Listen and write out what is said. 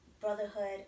brotherhood